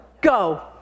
Go